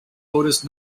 oldest